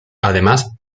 además